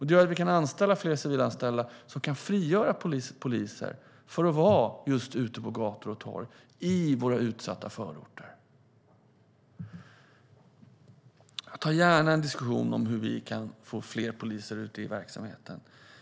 Det gör att vi kan anställa fler civilanställda, som kan frigöra poliser så att de kan vara just ute på gator och torg i våra utsatta förorter. Jag tar gärna en diskussion om hur vi kan få fler poliser ute i verksamheten.